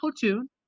platoon